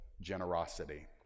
generosity